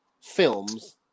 films